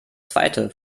zweite